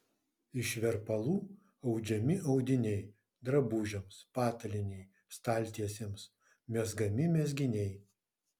iš verpalų audžiami audiniai drabužiams patalynei staltiesėms mezgami mezginiai